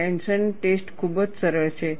tension test ખૂબ જ સરળ છે